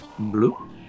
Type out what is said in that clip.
Blue